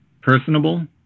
personable